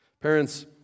Parents